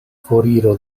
foriro